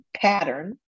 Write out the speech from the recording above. pattern